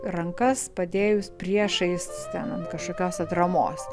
rankas padėjus priešais ten ant kažkokios atramos